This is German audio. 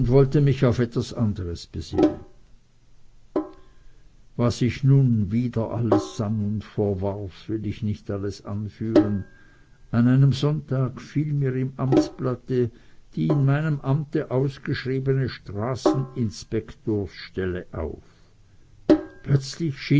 wollte mich auf etwas anderes besinnen was ich nun wieder alles sann und verwarf will ich nicht alles anführen an einem sonntage fiel mir im amtsblatte die in meinem amte ausgeschriebene straßen inspektorstelle auf plötzlich